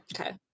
Okay